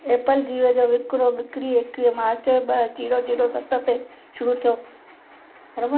Apple जीव जो विकिरो बिक्री एकवीह मार्च ॿ ज़ीरो ज़ीरो सत ते शुरू थियो